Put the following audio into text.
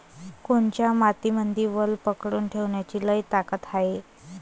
कोनत्या मातीमंदी वल पकडून ठेवण्याची लई ताकद हाये?